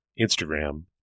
Instagram